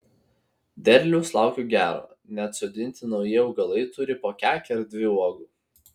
derliaus laukiu gero net sodinti nauji augalai turi po kekę ar dvi uogų